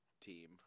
team